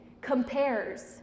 compares